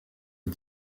est